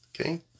okay